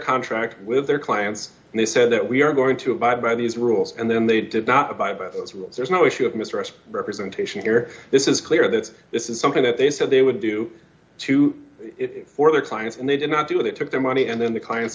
contract with their clients and they said that we are going to abide by these rules and then they did not abide by those rules there's no issue of mistrust representation here this is clear that this is something that they said they would do to it for their clients and they did not do they took their money and then the clients